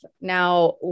now